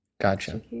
Gotcha